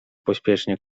pośpiesznie